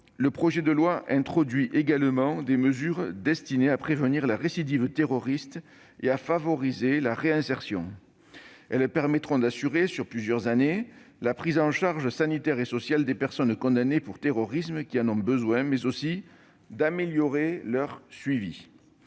ce projet de loi introduit également des mesures destinées à prévenir la récidive terroriste et à favoriser la réinsertion. Celles-ci permettront d'assurer sur plusieurs années la prise en charge sanitaire et sociale des personnes condamnées pour terrorisme qui en ont besoin, mais aussi d'améliorer leur suivi.